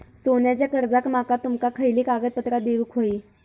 सोन्याच्या कर्जाक माका तुमका खयली कागदपत्रा देऊक व्हयी?